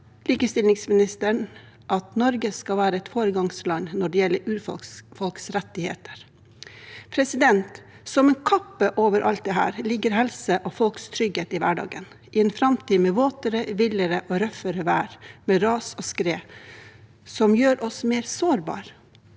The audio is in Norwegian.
likestillingsministeren at Norge skal være et foregangsland når det gjelder urfolks rettigheter. Som en kappe over alt dette ligger folks helse og trygghet i hverdagen, i en framtid med våtere, villere og røffere vær, med ras og skred, som gjør oss mer sårbare.